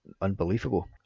unbelievable